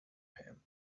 him